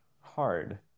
hard